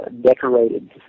decorated